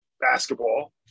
basketball